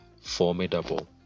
formidable